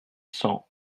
cent